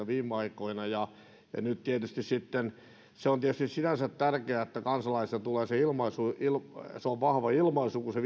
viime aikoina ja nyt sitten se on tietysti sinänsä tärkeää että kansalaisilta tulee se ilmaisu se on vahva ilmaisu kun se